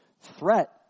threat